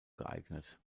geeignet